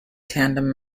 tandem